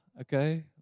okay